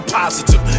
positive